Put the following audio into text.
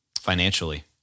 financially